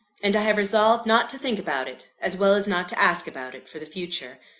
and i have resolved not to think about it, as well as not to ask about it, for the future.